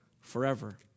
Forever